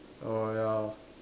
err ya